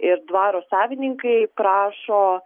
ir dvaro savininkai prašo